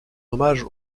hommage